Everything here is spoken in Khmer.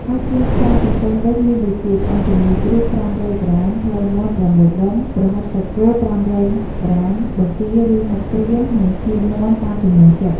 ហើយគ្រឿងផ្សំពិសេសវិញ មានដូចជា ឆ្អឹងជំនីជ្រូក ៥០០ក្រាម ភ្លៅមាន់៦ដុំ ប្រហិតសាច់គោ៥០០ក្រាម បង្គាឬ មឹកក្រៀម និងឈាមមាន់តាមចំណូលចិត្ត។